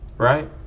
Right